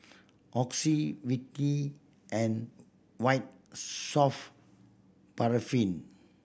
Oxy Vichy and White Soft Paraffin